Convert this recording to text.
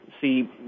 see